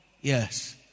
Yes